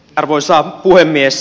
arvoisa puhemies